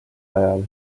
ajal